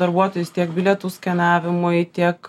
darbuotojus tiek bilietų skenavimui tiek